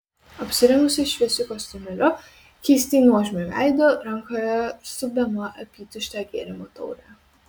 apsirengusi šviesiu kostiumėliu keistai nuožmiu veidu rankoje sukdama apytuštę gėrimo taurę